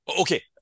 okay